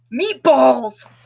Meatballs